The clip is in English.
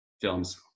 films